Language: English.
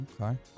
Okay